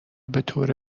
بطور